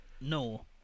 no